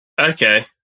Okay